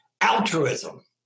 Altruism